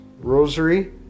rosary